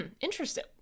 interesting